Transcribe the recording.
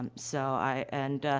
um so, i and, ah,